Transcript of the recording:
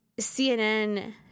cnn